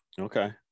okay